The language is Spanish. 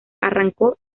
arrancó